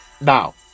Now